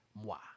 moi